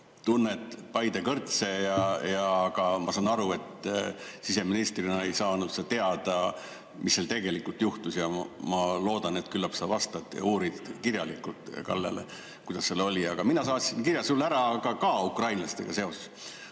tunned Paide kõrtse ja ma saan aru, et siseministrina ei saanud sa teada, mis seal tegelikult juhtus, siis ma loodan, et küllap vastad ja uurid kirjalikult Kallele, kuidas seal oli. Aga mina saatsin kirja sulle ära, ka ukrainlastega seoses.